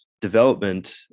development